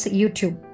YouTube